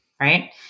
right